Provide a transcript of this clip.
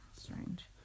Strange